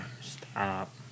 Stop